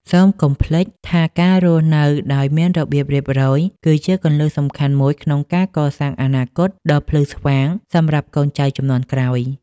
សូមកុំភ្លេចថាការរស់នៅដោយមានរបៀបរៀបរយ គឺជាគន្លឹះសំខាន់មួយក្នុងការកសាងអនាគតដ៏ភ្លឺស្វាងសម្រាប់កូនចៅជំនាន់ក្រោយ។